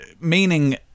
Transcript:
Meaning